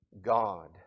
God